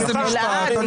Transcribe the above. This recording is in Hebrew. גלעד.